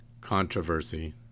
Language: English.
Controversy